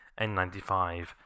N95